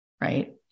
right